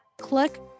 click